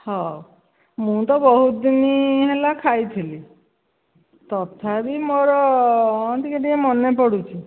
ହଉ ମୁଁ ତ ବହୁତ ଦିନ ହେଲା ଖାଇଥିଲି ତଥାପି ମୋର ହଁ ଟିକିଏ ଟିକିଏ ମନେପଡ଼ୁଛି